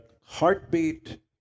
heartbeat